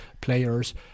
players